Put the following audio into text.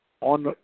on